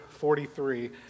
43